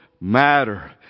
matter